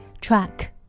Truck